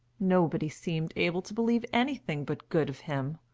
nobody seemed able to believe anything but good of him.